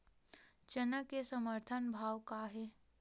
चना के समर्थन भाव का हे?